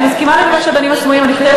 אני מסכימה לגבי השדלנים הסמויים, אני חושבת,